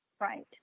right